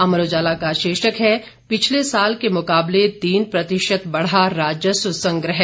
अमर उजाला का शीर्षक है पिछले साल के मुकाबले तीन प्रतिशत बढ़ा राजस्व संग्रह